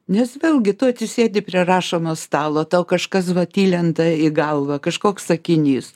nes vėlgi tu atsisėdi prie rašomo stalo tau kažkas vat įlenda į galvą kažkoks sakinys